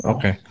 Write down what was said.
Okay